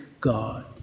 God